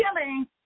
killing